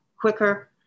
quicker